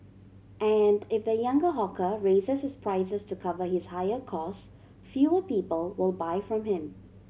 and if the younger hawker raises his prices to cover his higher cost fewer people will buy from him